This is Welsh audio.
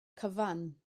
cyfan